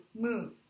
move